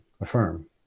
affirm